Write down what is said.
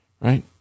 Right